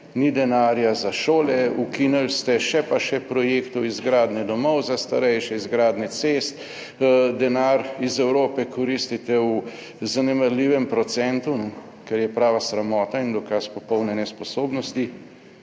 ni denarja za šole, ukinili ste še pa še projektov izgradnje domov za starejše, izgradnje cest, denar iz Evrope koristite v zanemarljivem procentu, kar je prava sramota in dokaz popolne nesposobnosti,